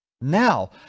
now